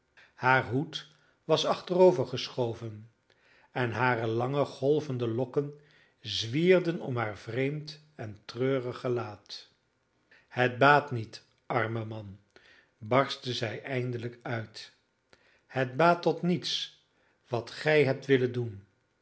haar hoed was achterovergeschoven en hare lange golvende lokken zwierden om haar vreemd en treurig gelaat het baat niet arme man barstte zij eindelijk uit het baat tot niets wat gij hebt willen doen